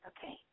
Okay